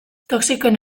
toxikoen